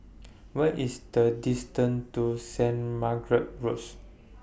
What IS The distance to Saint Margaret's Road